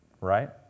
Right